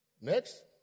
Next